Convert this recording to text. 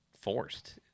forced